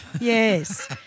Yes